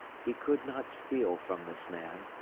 he could not steal from this man,